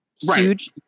huge